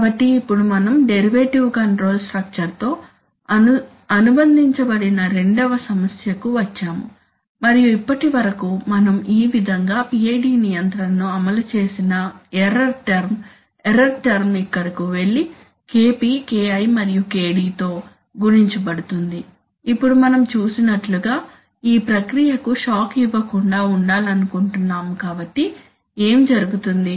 కాబట్టి ఇప్పుడు మనం డెరివేటివ్ కంట్రోల్ స్ట్రక్చర్తో అనుబంధించబడిన రెండవ సమస్యకు వచ్చాము మరియు ఇప్పటివరకు మనం ఈ విధంగా PID నియంత్రణను అమలు చేసిన ఎర్రర్ టర్మ్ ఎర్రర్ టర్మ్ ఇక్కడకు వెళ్లి KP KI మరియు KD తో గుణించబడుతుంది ఇప్పుడు మనం చూసినట్లుగా ఈ ప్రక్రియకు షాక్ ఇవ్వకుండా ఉండాలనుకుంటున్నాము కాబట్టి ఏమి జరుగుతుంది